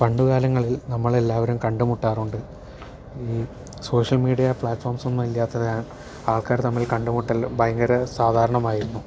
പണ്ട് കാലങ്ങളിൽ നമ്മളെല്ലാവരും കണ്ട് മുട്ടാറുണ്ട് ഈ സോഷ്യൽ മീഡിയ പ്ലാറ്റ്ഫോംസൊന്നും ഇല്ലാത്ത ആൾക്കാര് തമ്മിൽ കണ്ട് മുട്ടൽ ഭയങ്കര സാധാരണമായിരുന്നു